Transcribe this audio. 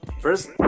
first